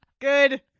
Good